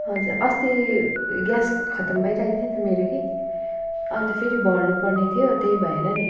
हजुर अस्ति ए ग्यासको खतम भइरहेको थियो नि त मेरोमा कि अन्त फेरि भर्नुपर्ने थियो त्यही भएर नि